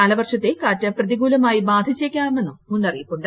കാലവർഷത്തെ കാറ്റ് പ്രതികൂലമായി ബാധിച്ചേക്കാമെന്നും മുന്നറിയിപ്പുണ്ട്